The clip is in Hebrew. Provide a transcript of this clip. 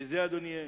בזה, אדוני,